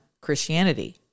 Christianity